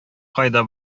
кайда